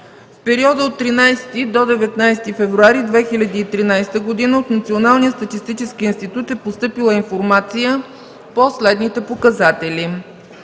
В периода от 13 до 19 февруари 2013 г. от Националния статистически институт е постъпила информация по следните показатели: